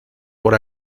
por